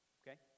okay